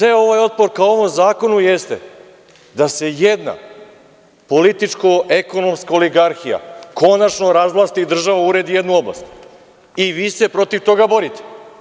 Ceo ovaj otpor ka ovom zakonu jeste da se jedna političko-ekonomska oligarhija konačno razvlasti, država uredi jednu oblast i vi se protiv toga borite.